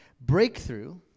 breakthrough